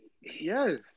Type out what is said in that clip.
yes